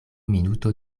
minuto